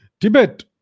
Tibet